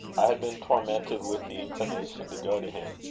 i had been tormented with the inclination to go to him,